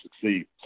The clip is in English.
succeed